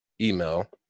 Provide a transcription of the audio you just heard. email